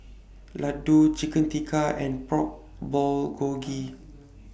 Ladoo Chicken Tikka and Pork Bulgogi